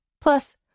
Plus